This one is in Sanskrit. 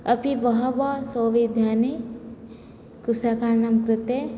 अपि बहवः सौविध्यानि कृषकाणां कृते